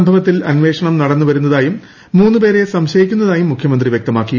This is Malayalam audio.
സംഭവത്തിൽ അന്വേഷണം നടന്നു വരുന്നതായും മൂന്നു പേരെ സംശയിക്കുന്നതായും മുഖ്യമന്ത്രി വൃക്തമാക്കി